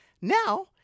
Now